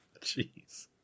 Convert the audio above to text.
Jeez